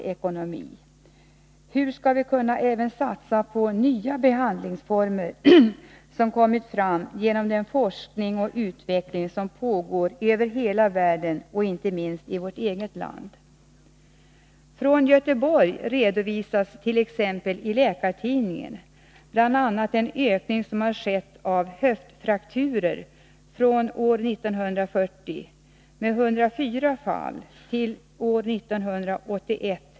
Hur skall vi kunna satsa även på nya behandlingsformer, som kommit fram genom den forskning och utveckling som pågår över hela världen, inte minst i vårt eget land? I Läkartidningen redovisas bl.a. den ökning av höftfrakturer som har skett i Göteborg, från 104 fall år 1940 till 904 fall år 1981.